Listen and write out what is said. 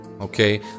okay